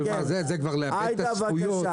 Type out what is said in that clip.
זה כבר לאבד את הזכויות.